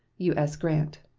u s. grant.